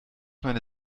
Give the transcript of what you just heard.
meine